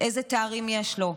אילו תארים יש לו.